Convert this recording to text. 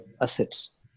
assets